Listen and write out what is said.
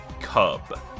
Cub